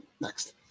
Next